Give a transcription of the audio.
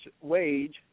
wage